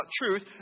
truth